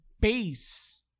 base